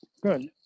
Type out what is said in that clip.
Good